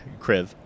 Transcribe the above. Kriv